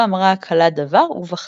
לא אמרה הכלה דבר ובכתה.